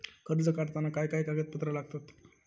कर्ज काढताना काय काय कागदपत्रा लागतत?